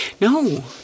No